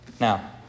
Now